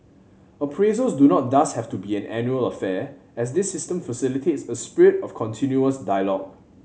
appraisals do not thus have to be an annual affair as this system facilitates a spirit of continuous dialogue